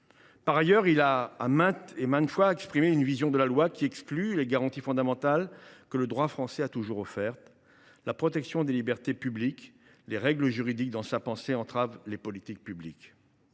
Par ailleurs, il a maintes fois exprimé une vision de la loi qui en exclut les garanties fondamentales que le droit français a toujours offertes. Dans sa pensée, la protection des libertés publiques et les règles juridiques entravent les politiques publiques.